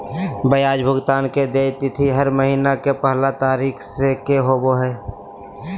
ब्याज भुगतान के देय तिथि हर महीना के पहला तारीख़ के होबो हइ